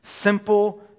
Simple